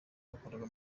yakoraga